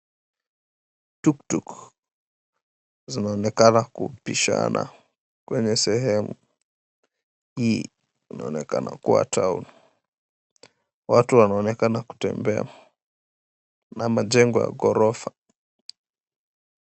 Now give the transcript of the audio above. Tuktuk zinaonekana kupishana kwenye sehemu. Hii inaonekana kuwa town . Watu wanaonekana kutembea na majengo ya ghorofa.